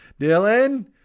Dylan